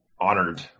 honored